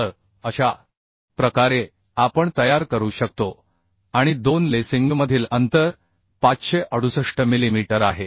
तर अशा प्रकारे आपण तयार करू शकतो आणि 2 लेसिंगमधील अंतर 568 मिलीमीटर आहे